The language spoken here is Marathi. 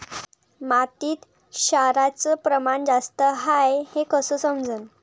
मातीत क्षाराचं प्रमान जास्त हाये हे कस समजन?